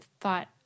thought-